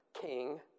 king